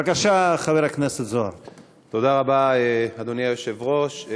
תודה רבה, אדוני היושב-ראש.